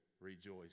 rejoice